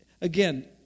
Again